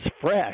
fresh